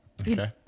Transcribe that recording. Okay